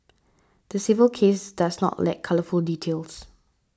the civil case does not lack colourful details